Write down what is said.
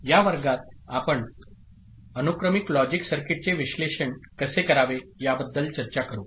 या वर्गात आपण अनुक्रमिक लॉजिक सर्किटचे विश्लेषण कसे करावे याबद्दल चर्चा करू